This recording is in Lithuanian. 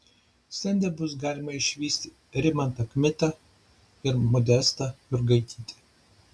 stende bus galima išvysti rimantą kmitą ir modestą jurgaitytę